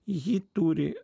ji turi